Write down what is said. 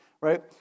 Right